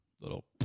little